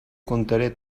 contaré